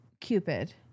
Cupid